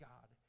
God